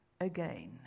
again